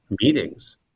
meetings